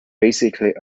basically